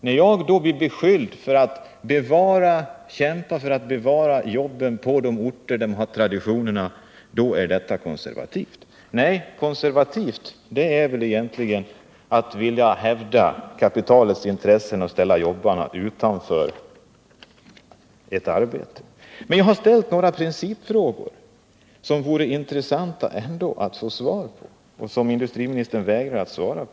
När jag kämpar för att bevara jobben på de orter där man har traditionerna på området blir jag beskylld för att vara konservativ. Nej, den konservativa ståndpunkten är väl egentligen att hävda kapitalets intressen och vilja ställa jobbarna utan arbete. | Jag har ställt några principfrågor som det vore intressant att få svar på men som industriministern vägrar att gå in på.